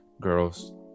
girls